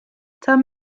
tell